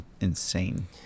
insane